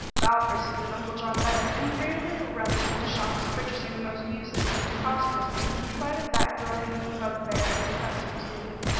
the opera suited uncle john better, and he freely revelled in the shops, purchasing the most useless and preposterous things in spite of that growing bugbear of the customs duties.